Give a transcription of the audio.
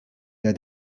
that